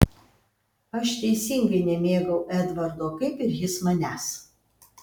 aš teisingai nemėgau edvardo kaip ir jis manęs